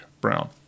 Brown